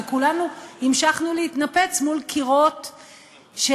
וכולנו המשכנו להתנפץ מול קירות של,